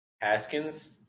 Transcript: Haskins